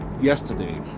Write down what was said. yesterday